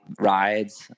rides